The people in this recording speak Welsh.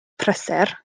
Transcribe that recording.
prysur